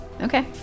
Okay